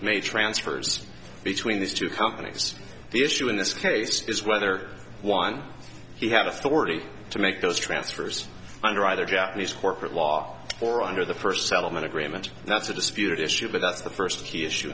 may transfers between these two companies the issue in this case is whether one he had authority to make those transfers under either japanese corporate law or under the first settlement agreement that's a disputed issue but that's the first key issue